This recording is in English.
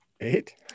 Eight